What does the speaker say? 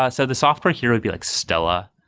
ah so the software here would be like stella.